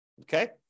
Okay